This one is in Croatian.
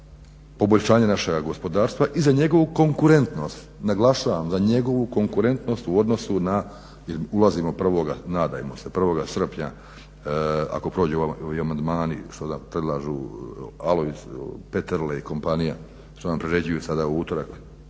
poboljšanje našeg gospodarstva i za njegovu konkurentnost. Naglašavam, za njegovu konkurentnost u odnosu na, jer ulazimo nadajmo se 1. srpnja ako prođu ovi amandmani što nam predlažu Alojz Peterle i kompanija, što nam priređuju sada u utorak